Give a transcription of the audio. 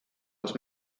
als